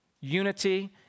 unity